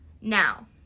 now